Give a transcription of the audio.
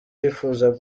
yifuza